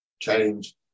change